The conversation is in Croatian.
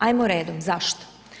Ajmo redom zašto.